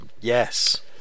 Yes